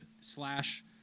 slash